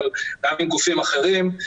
אבל גם עם גופים אחרים,